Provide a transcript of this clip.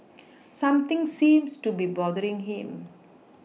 something seems to be bothering him